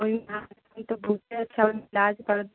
बहुते अच्छा इलाज करत